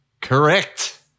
correct